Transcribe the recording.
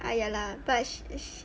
ah ya lah but